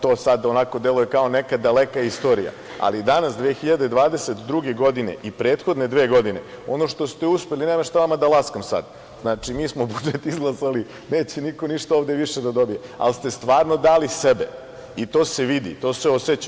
To sada deluje kao neka daleka istorija, ali danas 2022. godine i prethodne dve godine, ono što ste uspeli, nema šta vama da laskam sada, mi smo budžet izglasali, neće niko ništa ovde više da dobije, ali ste stvarno dali sebe i to se vidi i to se oseća.